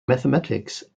mathematics